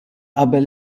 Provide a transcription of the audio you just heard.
qabel